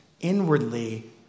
inwardly